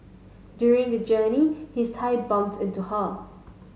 during the journey his thigh bumped into her